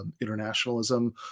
internationalism